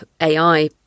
AI